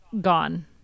gone